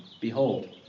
Behold